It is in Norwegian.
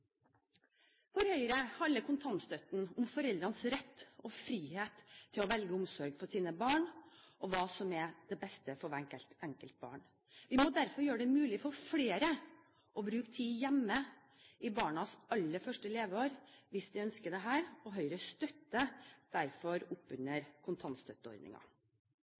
For Høyre handler kontantstøtten om foreldres rett og frihet til å velge omsorg for sine barn og hva som er til det beste for det enkelte barn. Vi må derfor gjøre det mulig for flere å bruke tid hjemme i barnas aller første leveår hvis de ønsker dette, og Høyre støtter derfor